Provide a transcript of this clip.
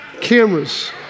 cameras